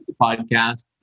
podcast